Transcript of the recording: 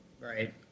right